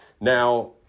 Now